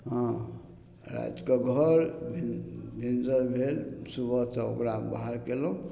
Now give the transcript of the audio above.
हँ रातिके घर भिनसर भेल सुबह तऽ ओकरा बाहर कएलहुँ